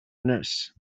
nurse